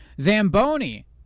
Zamboni